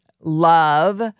love